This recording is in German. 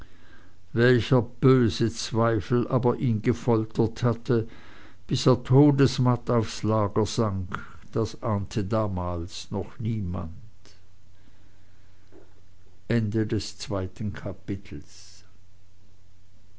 welcher böse zweifel aber ihn gefoltert hatte bis er todesmatt aufs lager sank das ahnte damals noch niemand